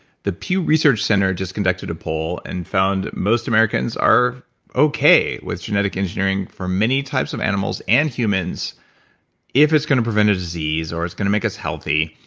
the pew research center just conducted a poll and found most americans are okay with genetic engineering for many types of animals and humans if it's going to prevent a disease or it's going to make us healthy.